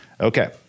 Okay